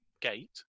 Gate